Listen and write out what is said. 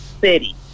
city